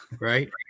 Right